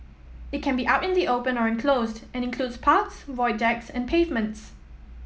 it can be out in the open or enclosed and includes parks void decks and pavements